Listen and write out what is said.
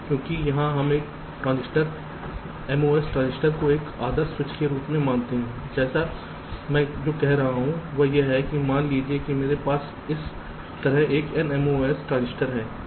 क्योंकि यहां हम एक ट्रांजिस्टर एमओएस ट्रांजिस्टर को एक आदर्श स्विच के रूप में मानते हैं जैसे मैं जो कह रहा हूं वह है मान लीजिए कि मेरे पास इस तरह एन एमओएस ट्रांजिस्टर है